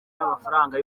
y’amafaranga